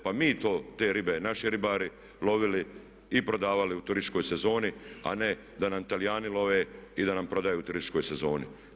Pa mi to, te ribe naši ribari lovili i prodavali u turističkoj sezoni a ne da nam Talijani love i da nam prodaju u turističkoj sezoni.